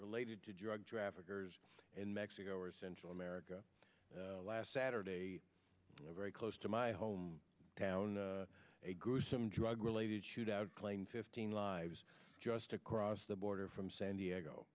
related to drug traffickers in mexico or central america last saturday a very close to my home town a gruesome drug related shootout claimed fifteen lives just across the border from san diego